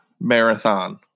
marathon